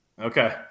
Okay